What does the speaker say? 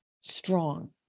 strong